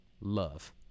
love